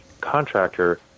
contractor